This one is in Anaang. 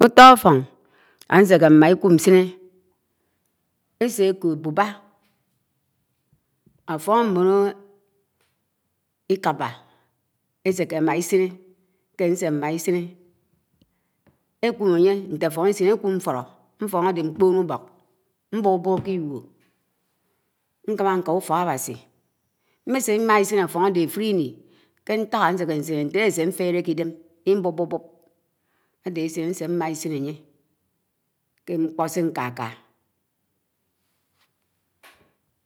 Ũto̱ ãfo̱n a̱séke m̃ma ísine, ése ẽkod buba. ãfo̱n m̃bo̱n īkaba éseké éma īsiṉe, ñke ãse mma īsine, ẽkum ànye ñte ãfoṉ īsin ékum̱ ñfolo̱, ñfolo̱ ãde ñkpo̱n ũbo̱k m̃mesẽ mm̃a īsinhe ãfo̱ àde ãfuri ini kẽ ntãk ãseke ñsine ñtele áse ãfele kẽ ídem, lbo̱bo̱-bo̱d, ãde ãsin ãsemã īsine̱ ãnye, ké ñkpo̱ se ñkakā.